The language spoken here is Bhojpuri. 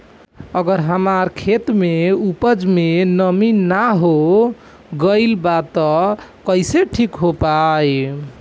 अगर हमार खेत में उपज में नमी न हो गइल बा त कइसे ठीक हो पाई?